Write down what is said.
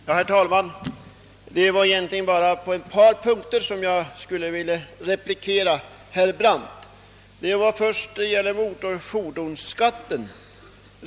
Herr talman! Jag vill egentligen bara replikera herr Brandt på ett par punkter. Den första gäller motorfordonsskatten.